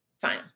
fine